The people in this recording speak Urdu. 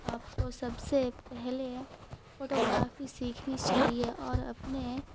آپ کو سب سے پہلے فوٹوگرافی سیکھنی چاہیے اور اپنے